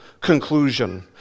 conclusion